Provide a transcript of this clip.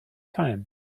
time